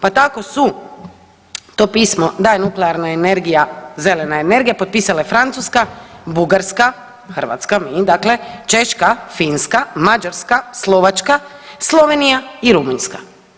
Pa tako su to pismo da je nuklearna energija zelena energija potpisale Francuska, Bugarska, Hrvatska, mi dakle, Češka, Finska, Mađarska, Slovačka, Slovenija i Rumunjska.